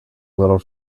little